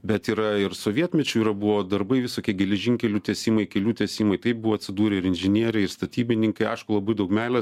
bet yra ir sovietmečiu yra buvo darbai visokie geležinkelių tiesimai kelių tiesimai taip buvo atsidūrę ir inžinieriai ir statybininkai aišku labai daug meilės